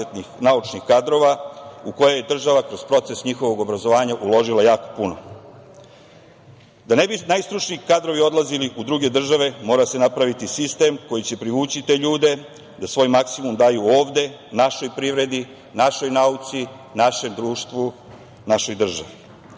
naučnih kadrova u koje država kroz proces njihovog obrazovanja uložila jako puno. Da ne bi najstručniji kadrovi odlazili u druge države mora se napraviti sistem koji će privući te ljude da svoj maksimum daju ovde, našoj privredi, našoj nauci, našem društvu, našoj